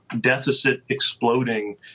deficit-exploding